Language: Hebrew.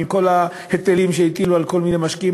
עם כל ההיטלים שהטילו על כל מיני משקיעים,